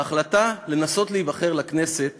ההחלטה לנסות להיבחר לכנסת